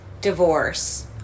divorce